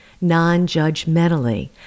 non-judgmentally